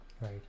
Right